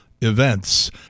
events